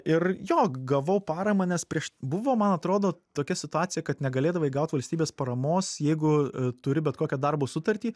ir jo gavau paramą nes prieš buvo man atrodo tokia situacija kad negalėdavai gaut valstybės paramos jeigu turi bet kokią darbo sutartį